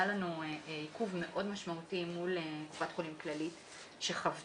לנו עיכוב מאוד משמעותי מול קופת חולים כללית שחוותה,